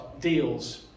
deals